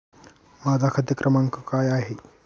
माझा खाते क्रमांक काय आहे?